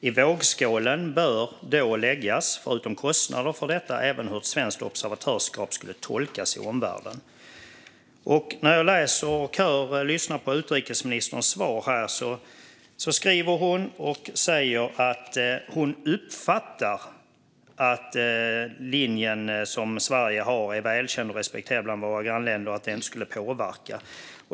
I vågskålen bör då läggas förutom kostnader för detta även hur ett svenskt observatörskap skulle tolkas i omvärlden." I sitt svar säger utrikesministern att hon uppfattar att den linje Sverige har är välkänd och respekterad bland våra grannländer och att det inte skulle påverka.